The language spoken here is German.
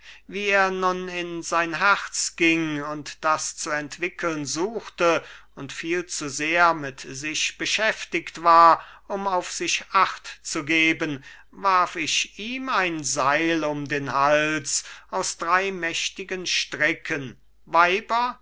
wie er nun in sein herz ging und das zu entwickeln suchte und viel zu sehr mit sich beschäftigt war um auf sich achtzugeben warf ich ihm ein seil um den hals aus drei mächtigen stricken weiber